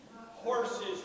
Horses